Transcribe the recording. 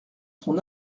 son